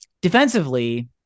defensively